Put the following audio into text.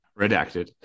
Redacted